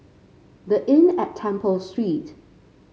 The Inn at Temple Street